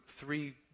three